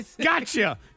gotcha